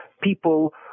people